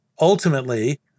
ultimately—